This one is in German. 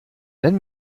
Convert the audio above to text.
wenn